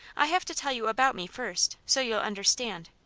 i have to tell you about me, first so you'll understand.